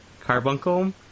Carbuncle